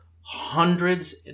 hundreds